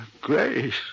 Grace